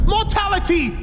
Mortality